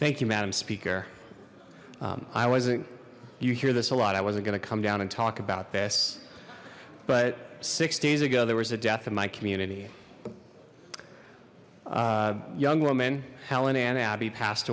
thank you madam speaker i wasn't you hear this a lot i wasn't gonna come down and talk about this but six days ago there was a death in my community young woman helen and abby passed